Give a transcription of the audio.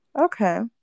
Okay